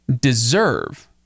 deserve